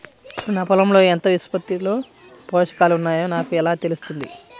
నా పొలం లో ఎంత నిష్పత్తిలో పోషకాలు వున్నాయో నాకు ఎలా తెలుస్తుంది?